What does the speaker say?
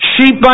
Sheep